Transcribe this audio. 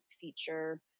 feature